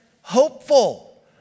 hopeful